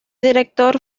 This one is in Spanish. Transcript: director